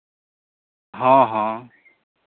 ᱦᱚᱸ ᱦᱚᱸ